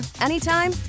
anytime